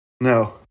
No